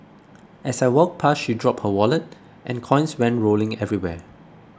as I walked past she dropped her wallet and coins went rolling everywhere